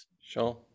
Sure